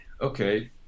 okay